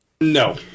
No